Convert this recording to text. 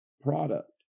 product